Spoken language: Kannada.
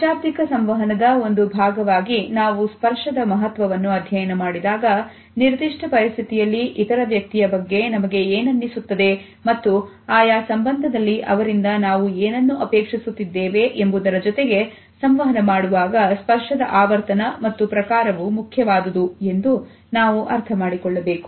ಅಶಾಬ್ದಿಕ ಸಂವಹನದ ಒಂದು ಭಾಗವಾಗಿ ನಾವು ಸ್ಪರ್ಶದ ಮಹತ್ವವನ್ನು ಅಧ್ಯಯನ ಮಾಡಿದಾಗ ನಿರ್ದಿಷ್ಟ ಪರಿಸ್ಥಿತಿಯಲ್ಲಿ ಇತರ ವ್ಯಕ್ತಿಯ ಬಗ್ಗೆ ನಮಗೆ ಏನನ್ನಿಸುತ್ತದೆ ಮತ್ತು ಆಯಾ ಸಂಬಂಧದಲ್ಲಿ ಅವರಿಂದ ನಾವು ಏನನ್ನು ಅಪೇಕ್ಷಿಸುತ್ತಿದ್ದೇವೆ ಎಂಬುದರ ಜೊತೆಗೆ ಸಂವಹನ ಮಾಡುವಾಗ ಸ್ಪರ್ಶದ ಆವರ್ತನ ಮತ್ತು ಪ್ರಕಾರವು ಮುಖ್ಯವಾದುದು ಎಂದು ನಾವು ಅರ್ಥಮಾಡಿಕೊಳ್ಳಬೇಕು